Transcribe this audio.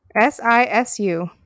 S-I-S-U